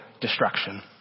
destruction